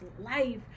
life